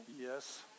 Yes